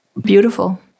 Beautiful